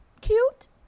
cute